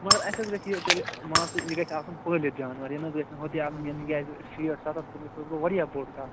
مگر اسہِ حظ گَژھہِ یہِ تیٚلہِ مان ژٕ یہِ گَژھہِ آسُن پٲلِتھ جانوَر یہِ نَہ گَژھہِ نہٕ آسُن کیٚنٛہہ تِکیٛاز شیٹھ سَتَتھ کلوٗ سُہ حظ گوٚو واریاہ بوٚڑ کٹھ